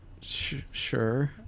Sure